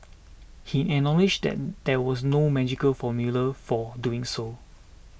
he acknowledged that there was no magical formula for doing so